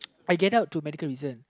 I get out to medical reasons